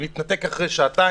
זה מתנתק אחרי שעתיים,